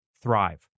thrive